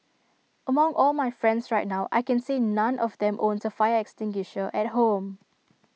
among all my friends right now I can say none of them owns A fire extinguisher at home